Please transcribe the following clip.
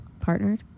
Partnered